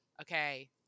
okay